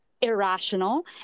irrational